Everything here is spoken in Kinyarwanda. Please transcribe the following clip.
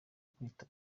kwita